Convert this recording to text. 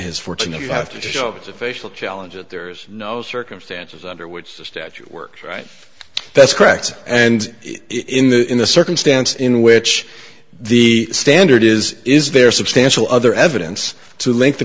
his fortune that you have to show a facial challenge and there's no circumstances under which the statute works right that's correct and in the in the circumstance in which the standard is is there substantial other evidence to link the